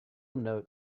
note